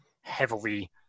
heavily